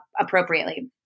appropriately